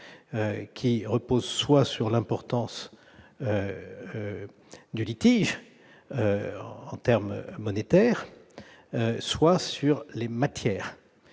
reposant soit sur l'importance du litige en termes monétaires, soit sur les matières.